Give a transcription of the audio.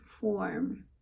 form